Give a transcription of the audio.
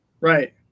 Right